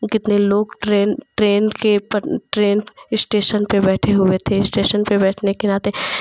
कितने लोग train train के पट ट्रेन इस्टेशन पे बैठे हुए थे इस्टेशन पे बैठने के नाते